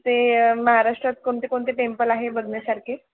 ते महाराष्ट्रात कोणते कोणते टेंपल आहे बघण्यासारखे